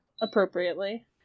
appropriately